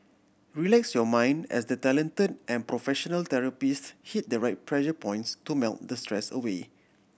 relax your mind as the talented and professional therapists hit the right pressure points to melt the stress away